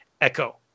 echo